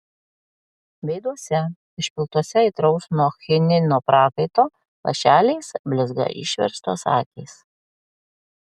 veiduose išpiltuose aitraus nuo chinino prakaito lašeliais blizga išverstos akys